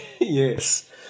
yes